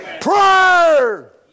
Prayer